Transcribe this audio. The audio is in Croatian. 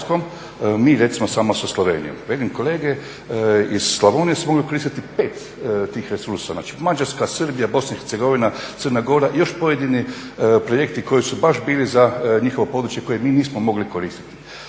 mi recimo samo sa Slovenijom. Velim kolege iz Slavonije su mogle koristiti 5 tih resursa, znači Mađarska, Srbija, BiH, Crna Gora i još pojedini projekti koji su baš bili za njihovo područje koje mi nismo mogli koristiti.